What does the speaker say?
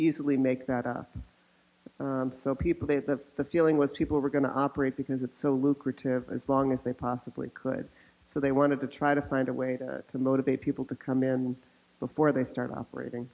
easily make that up so people that have the feeling with people who are going to operate because it's so lucrative as long as they possibly could so they wanted to try to find a way to motivate people to come in before they start operating